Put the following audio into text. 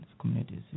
communities